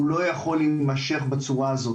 הוא לא יכול להימשך בצורה הזאת.